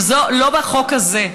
אבל לא בחוק הזה.